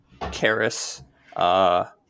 Karis